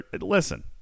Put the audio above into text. listen